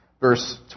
Verse